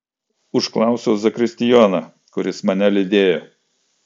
užklausiau zakristijoną kuris mane lydėjo